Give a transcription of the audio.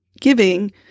giving